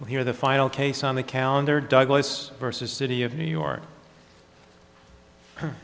well here the final case on the calendar douglas versus city of new york